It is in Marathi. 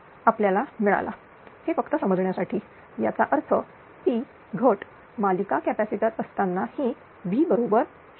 0 आपल्याला मिळाला हे फक्त समजण्यासाठी याचा अर्थ P घट मालिका कॅपॅसिटर असताना ही V बरोबर 0